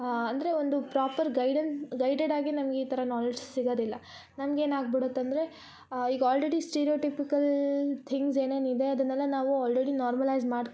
ಅಂದರೆ ಒಂದು proper guided guided ಆಗಿ ನಮ್ಗ ಈ ಥರ ನಾಲೇಜ್ ಸಿಗದಿಲ್ಲ ನಮಗೆ ಏನಾಗ್ಬಿಡತ್ತೆ ಅಂದರೆ ಈಗ ಆಲ್ರೆಡಿ ಸ್ಟೆರಿಯೊಟಿಫಿಕಲ್ ಥಿಂಗ್ಸ್ ಏನೇನು ಇದೆ ಅದನ್ನೆಲ್ಲ ನಾವು ಆಲ್ರೆಡಿ ನಾರ್ಮಲೈಝ್ ಮಾಡ್ಕೊಂಬಿಟ್ಟಿದ್ದೀವಿ ಇದನ್ನೆಲ್ಲ ಆಲ್ರೆಡಿ ನಮ್ಮ ಸಿಚ್ ನಮ್ಮ